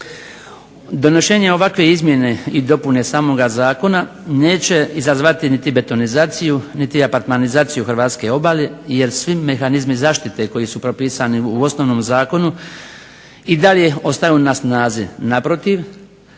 donošenje ovakve izmjene i dopune samoga zakona neće izazvati niti betonizaciju, niti apartmanizaciju hrvatske obale, jer svi mehanizmi zaštite koji su propisani u osnovnom zakonu i dalje ostaju na snazi. Naprotiv,